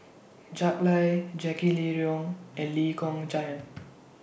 Jack Lai Jackie Lee and Lee Kong Chian